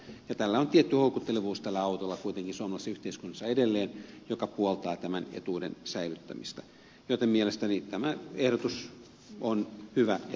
ja kuitenkin tällä autolla on tietty houkuttelevuus suomalaisessa yhteiskunnassa edelleen mikä puoltaa tämän etuuden säilyttämistä joten mielestäni tämä ehdotus on hyvä ja tarkoituksenmukainen